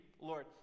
Lord